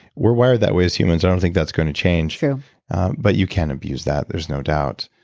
we're wired that way as humans i don't think that's going to change true but you can abuse that, there's no doubt.